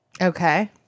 Okay